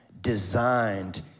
designed